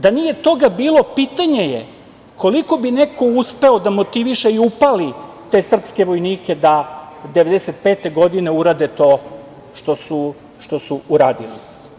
Da nije toga bilo pitanje je koliko bi neko uspeo da motiviše i upali te srpske vojnike da 1995. godine urade to što su uradili.